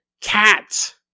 cat